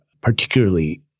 particularly